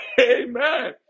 Amen